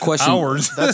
hours